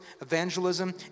evangelism